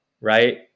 right